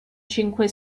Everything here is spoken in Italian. cinque